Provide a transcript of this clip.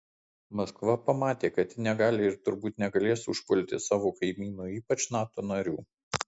maskva pamatė kad ji negali ir turbūt negalės užpulti savo kaimynų ypač nato narių